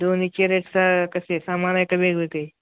दोन्हीचे रेट चं कसे सामान आहे का वेगवेगळे